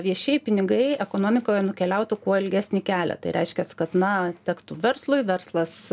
viešieji pinigai ekonomikoje nukeliautų kuo ilgesnį kelią tai reiškias kad na tektų verslui verslas